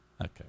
Okay